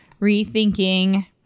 rethinking